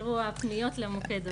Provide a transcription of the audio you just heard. עלו הפניות למוקד.